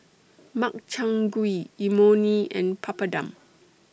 Makchang Gui Imoni and Papadum